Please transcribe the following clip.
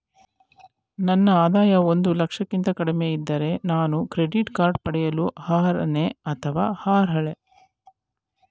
ನನ್ನ ಆದಾಯ ಒಂದು ಲಕ್ಷಕ್ಕಿಂತ ಕಡಿಮೆ ಇದ್ದರೆ ನಾನು ಕ್ರೆಡಿಟ್ ಕಾರ್ಡ್ ಪಡೆಯಲು ಅರ್ಹನೇ ಅಥವಾ ಅರ್ಹಳೆ?